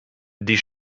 die